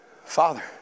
Father